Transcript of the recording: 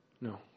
No